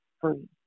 free